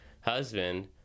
husband